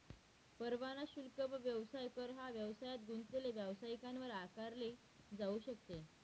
परवाना शुल्क व व्यवसाय कर हा व्यवसायात गुंतलेले व्यावसायिकांवर आकारले जाऊ शकते